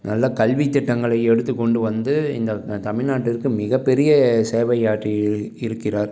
நல்ல கல்வித்திட்டங்களை எடுத்து கொண்டு வந்து இந்த தமிழ்நாட்டிற்க்கு மிகப்பெரிய சேவையாற்றி இருக் இருக்கிறார்